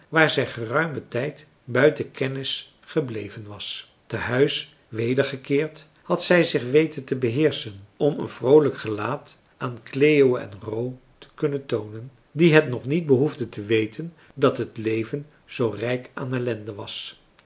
waar zij geruimen tijd buiten kennis gebleven was te huis wedergekeerd had zij zich weten te beheerschen om een vroolijk gelaat aan cleo en ro te kunnen toonen die het nog niet behoefden te weten dat het leven zoo rijk aan ellende was